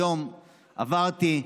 היום עברתי,